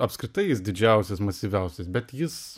apskritai jis didžiausias masyviausias bet jis